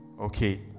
Okay